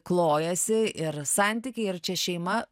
klojasi ir santykiai ir čia šeima